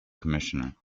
commissioner